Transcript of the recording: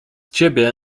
ciebie